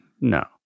No